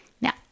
Now